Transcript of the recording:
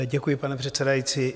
Děkuji, pane předsedající.